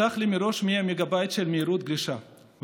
והובטחה לי מהירות גלישה של 100 מגה בייט.